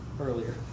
earlier